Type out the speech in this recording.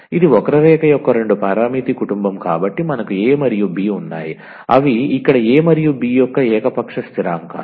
ఇది వక్రరేఖ యొక్క రెండు పారామితి కుటుంబం కాబట్టి మనకు a మరియు b ఉన్నాయి అవి ఇక్కడ a మరియు b యొక్క ఏకపక్ష స్థిరాంకాలు